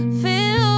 feel